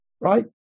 right